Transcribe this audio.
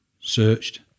searched